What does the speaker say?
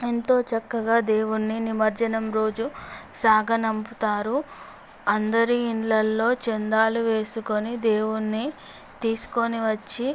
ఎంతో చక్కగా దేవుడ్ని నిమజ్జనం రోజు సాగనంపుతారు అందరు ఇండ్లల్లో చందాలు వేసుకుని దేవుని తీసుకొని వచ్చి